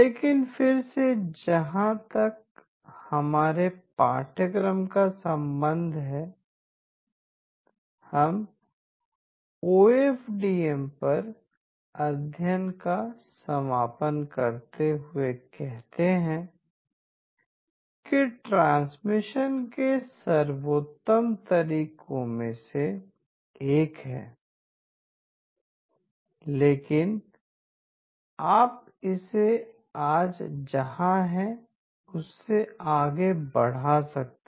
लेकिन फिर से जहां तक हमारे पाठ्यक्रम का संबंध है हम ओ एफ डी एम पर अध्याय का समापन करते हुए कहते हैं कि यह ट्रांसमिशन के सर्वोत्तम तरीकों में से एक है लेकिन आप इसे आज जहां है उससे आगे बढ़ा सकते हैं